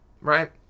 right